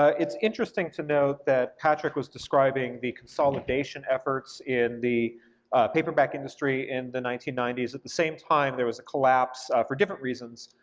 ah it's interesting to note that patrick was describing the consolidation efforts in the paperback industry in the nineteen ninety s. at the same time, there was a collapse, for different reasons,